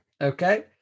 Okay